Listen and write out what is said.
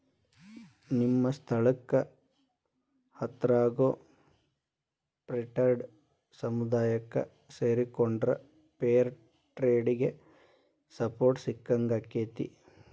ನಿಮ್ಮ ಸ್ಥಳಕ್ಕ ಹತ್ರಾಗೋ ಫೇರ್ಟ್ರೇಡ್ ಸಮುದಾಯಕ್ಕ ಸೇರಿಕೊಂಡ್ರ ಫೇರ್ ಟ್ರೇಡಿಗೆ ಸಪೋರ್ಟ್ ಸಿಕ್ಕಂಗಾಕ್ಕೆತಿ